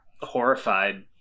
horrified